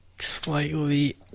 slightly